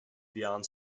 beyond